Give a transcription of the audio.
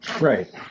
Right